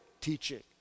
teaching